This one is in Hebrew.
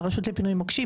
לרשות לפינוי מוקשים.